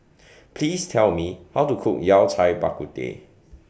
Please Tell Me How to Cook Yao Cai Bak Kut Teh